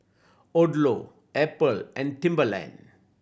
Odlo Apple and Timberland